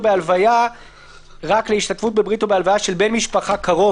בהלוויה רק להשתתפות בברית או בהלוויה של בן משפחה קרוב.